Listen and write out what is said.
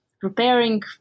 preparing